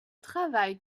travail